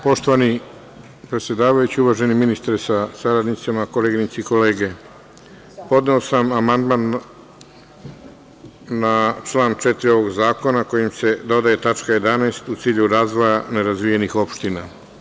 Poštovani predsedavajući, uvaženi ministre sa saradnicima, koleginice i kolege, podneo sam amandman na član 4. ovog zakona, kojim se dodaje tačka 11. u cilju razvoja nerazvijenih opština.